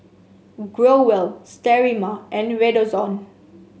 Growell Sterimar and Redoxon